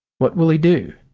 what will he do?